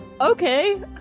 Okay